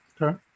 Okay